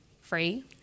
free